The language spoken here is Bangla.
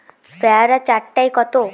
পেয়ারা চার টায় কত?